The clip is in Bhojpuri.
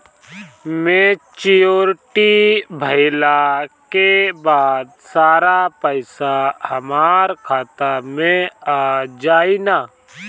मेच्योरिटी भईला के बाद सारा पईसा हमार खाता मे आ जाई न?